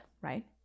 right